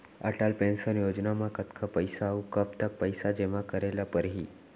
Atal pension योजना म कतका पइसा, अऊ कब तक पइसा जेमा करे ल परही?